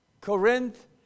Corinth